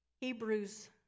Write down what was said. Hebrews